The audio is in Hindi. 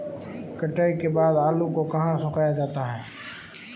कटाई के बाद आलू को कहाँ सुखाया जाता है?